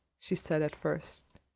she said at first.